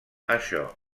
això